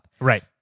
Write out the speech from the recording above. Right